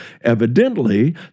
evidently